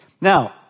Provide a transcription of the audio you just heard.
Now